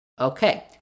okay